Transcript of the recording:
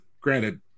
granted